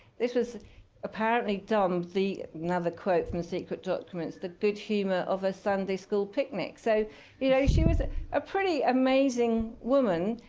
this was apparently done another quote from the secret documents the good humor of a sunday school picnic. so you know she was a pretty amazing woman.